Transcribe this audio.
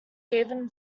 given